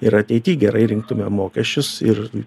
ir ateity gerai rinktume mokesčius ir